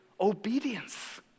obedience